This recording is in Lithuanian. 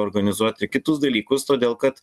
organizuoti kitus dalykus todėl kad